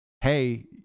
hey